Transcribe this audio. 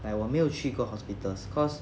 like 我没有去过 hospitals cause